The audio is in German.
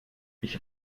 ich